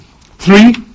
Three